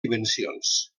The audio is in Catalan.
dimensions